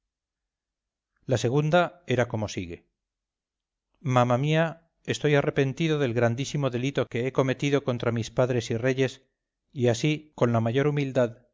la segunda era como sigue mamá mía estoy arrepentido del grandísimo delito que he cometido contra mis padres y reyes y así con la mayor humildad